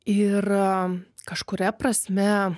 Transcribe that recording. ir kažkuria prasme